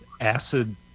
acid